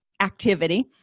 activity